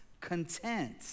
content